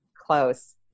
close